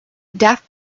daft